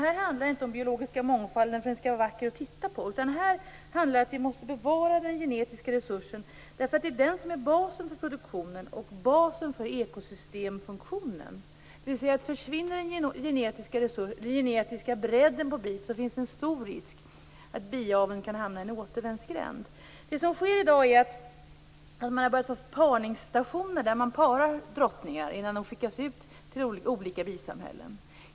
Här handlar det inte om att den biologiska mångfalden skall vara vacker att titta på, utan här handlar det om att vi måste bevara den genetiska resursen därför att det är den som är basen för produktionen och basen för ekosystemfunktionen. Det betyder att om den genetiska bredden på biet försvinner finns det en stor risk för att biaveln kan hamna i en återvändsgränd. Det som i dag sker är att man har börjat få parningsstationer där man parar drottningar innan de skickas ut till olika bisamhällen.